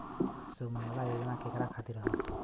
सुमँगला योजना केकरा खातिर ह?